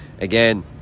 Again